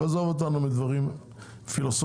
עזוב אותנו מדברים פילוסופיים.